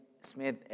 Smith